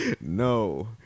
no